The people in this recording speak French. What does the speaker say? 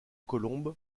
colombe